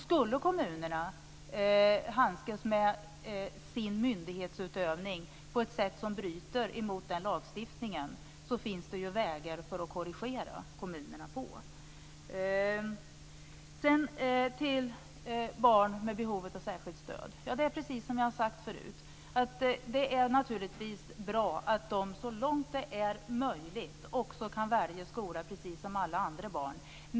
Skulle kommunerna handskas med sin myndighetsutövning på ett sådant sätt att det bryter mot den lagstiftningen finns det vägar att korrigera kommunerna. I fråga om detta med barn med behov av särskilt stöd är det precis som jag förut har sagt. Naturligtvis är det bra att också de barnen så långt det är möjligt kan välja skola precis som alla andra barn.